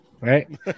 Right